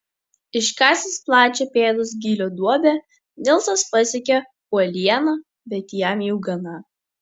iškasęs plačią pėdos gylio duobę nilsas pasiekia uolieną bet jam jau gana